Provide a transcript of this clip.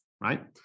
Right